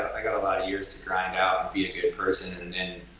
i gotta a lot of years to grind out and be a good person and